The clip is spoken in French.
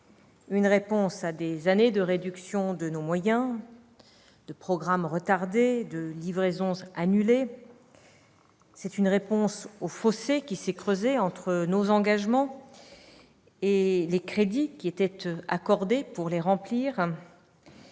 Une réponse à des années de réduction de nos moyens, de programmes retardés, de livraisons annulées. C'est une réponse au fossé qui s'est creusé entre nos engagements et les crédits qui étaient accordés pour les remplir.